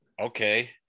okay